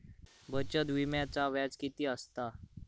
बचत विम्याचा व्याज किती असता?